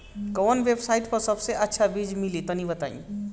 कवन वेबसाइट पर सबसे अच्छा बीज मिली तनि बताई?